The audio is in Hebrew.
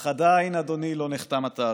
אך עדיין, אדוני, לא נחתם התאריך.